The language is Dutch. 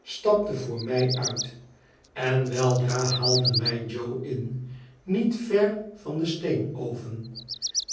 stapte voor mij uit en weldra haalden wij jo in niet ver van den steenoven